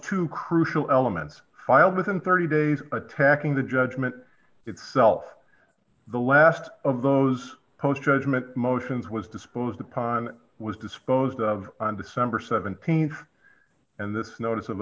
two crucial elements filed within thirty days attacking the judgment itself the last of those post judgment motions was disposed upon was disposed of on december th and this notice of